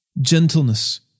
gentleness